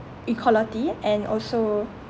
equality and also